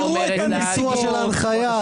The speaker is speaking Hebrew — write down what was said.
במחאה.